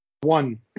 One